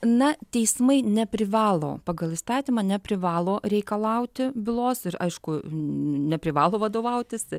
na teismai neprivalo pagal įstatymą neprivalo reikalauti bylos ir aišku neprivalo vadovautis